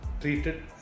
treated